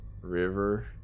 river